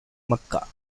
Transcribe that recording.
mecca